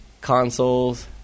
consoles